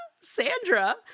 Sandra